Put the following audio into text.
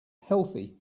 healthy